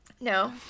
No